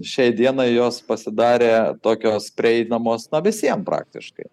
šiai dienai jos pasidarė tokios prieinamos visiem praktiškai